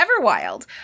Everwild